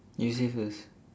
you say first